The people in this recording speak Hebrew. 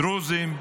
דרוזים.